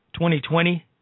2020